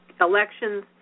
elections